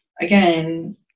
again